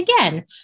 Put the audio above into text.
again